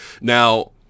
Now